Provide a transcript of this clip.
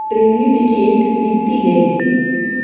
ट्रेनी ticket विकती घे